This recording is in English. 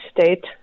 State